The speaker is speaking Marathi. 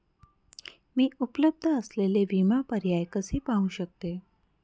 मी उपलब्ध असलेले विमा पर्याय कसे पाहू शकते?